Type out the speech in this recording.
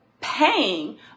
paying